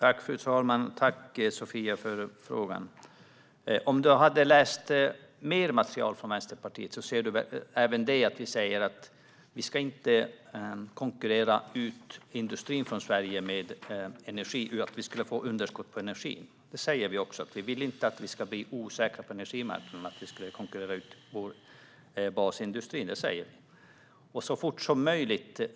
Fru talman! Tack, Sofia Fölster, för frågan! Om du hade läst mer material från Vänsterpartiet hade du sett att vi även säger att vi inte ska konkurrera ut industrin från Sverige genom ett underskott på energi. Vi säger att vi inte vill ha en osäkerhet på energimarknaden som skulle konkurrera ut basindustrin. När är så fort som möjligt?